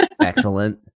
excellent